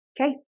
Okay